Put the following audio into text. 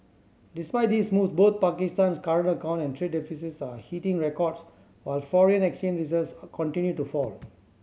despite these moves both Pakistan's current account and trade deficits are hitting records while foreign exchange reserves are continue to fall